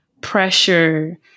pressure